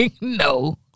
no